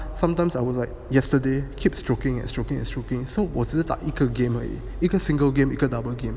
sometimes I would like yesterday keeps stroking and stroking and stroking so 我只打一个 game 而已一个 single game 一个 double game